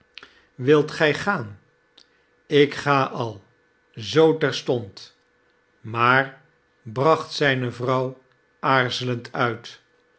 wilt gij gaan ik ga al zoo terstond maar braeht zijne vrouw aarzelend uit